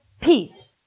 peace